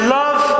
love